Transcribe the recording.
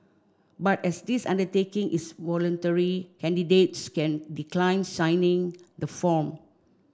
but as this undertaking is voluntary candidates can decline signing the form